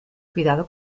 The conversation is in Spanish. cuidado